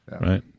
Right